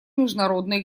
международной